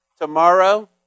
tomorrow